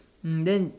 mm then